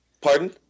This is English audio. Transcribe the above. Pardon